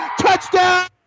Touchdown